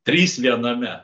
trys viename